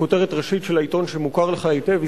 בכותרת ראשית של העיתון שמוכר לך היטב,